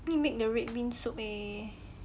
need make the red bean soup eh